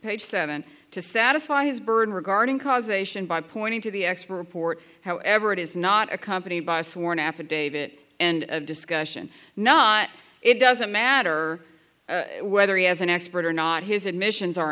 page seven to satisfy his burden regarding causation by pointing to the expert port however it is not accompanied by a sworn affidavit and discussion not it doesn't matter whether he has an expert or not his admissions are